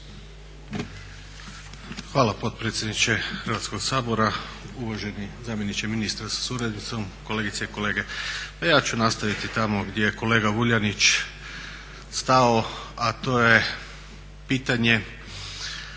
Hvala potpredsjedniče Hrvatskog sabora. Uvaženi zamjeniče ministra sa suradnicom, kolegice i kolege. Ja ću nastaviti tamo gdje je kolega Vuljanić stao, a to je pitanje